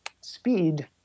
speed